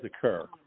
occur